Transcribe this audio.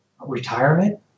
retirement